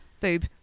Boob